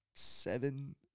seven